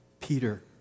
Peter